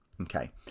Okay